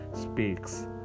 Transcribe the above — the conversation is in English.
speaks